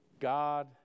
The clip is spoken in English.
God